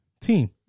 team